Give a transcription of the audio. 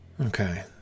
Okay